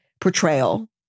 portrayal